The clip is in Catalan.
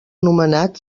nomenat